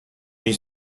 his